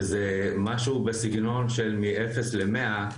וזה משהו בסגנון של מאפס למאה,